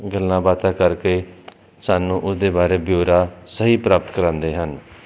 ਗੱਲਾਂ ਬਾਤਾਂ ਕਰਕੇ ਸਾਨੂੰ ਉਹਦੇ ਬਾਰੇ ਬਿਓਰਾ ਸਹੀ ਪ੍ਰਾਪਤ ਕਰਾਉਂਦੇ ਹਨ